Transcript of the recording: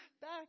back